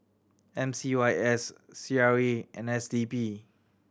M C Y S C R A and S D P